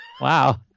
Wow